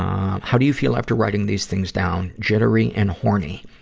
um how do you feel after writing these things down? jittery and horny.